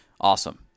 awesome